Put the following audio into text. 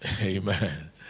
Amen